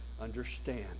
understand